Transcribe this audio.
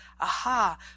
aha